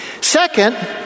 Second